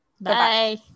Bye